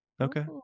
Okay